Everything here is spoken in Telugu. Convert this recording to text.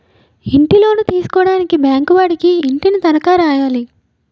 ఇంటిలోను తీసుకోవడానికి బ్యాంకు వాడికి ఇంటిని తనఖా రాయాలి